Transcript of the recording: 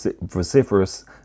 vociferous